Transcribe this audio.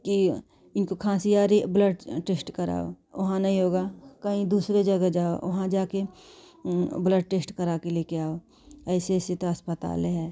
कि इनको खाँसी आ रही है ब्लड टेस्ट कराओ वहाँ नहीं होगा कहीं दूसरी जगह जाओ वहाँ जा के ब्लड टेस्ट करा के लेकर आओ ऐसे ऐसे तो अस्पताल हैं